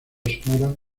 sonora